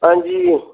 हां जी